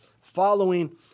following